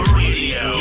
radio